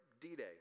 D-Day